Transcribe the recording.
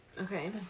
Okay